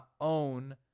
own